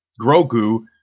Grogu